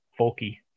folky